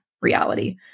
reality